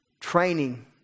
training